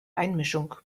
einmischung